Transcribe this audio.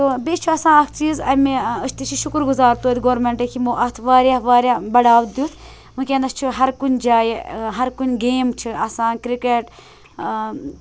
تہٕ بیٚیہِ چھُ آسان اَکھ چیٖز اَمہِ أسۍ تہِ چہِ شُکُر گُزار تٔتھۍ گورمینٛٹٕکۍ یِمو اَتھ واریاہ واریاہ بَڑاو دِیُت وٕنکینَس چھُ ہرکُنہِ جایہِ ہَر کُنہِ گیم چھِ آسان کرکیٹ